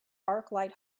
arclight